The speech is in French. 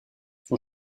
son